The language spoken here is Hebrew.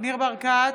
ניר ברקת,